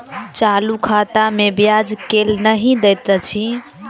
चालू खाता मे ब्याज केल नहि दैत अछि